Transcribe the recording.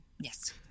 Yes